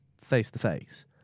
face-to-face